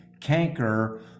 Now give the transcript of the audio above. canker